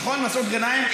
נכון מסעוד גנאים?